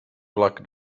vlak